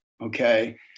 okay